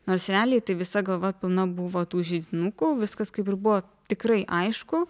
nors realiai tai visa galva pilna buvo tų židinukų viskas kaip ir buvo tikrai aišku